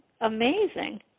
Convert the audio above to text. amazing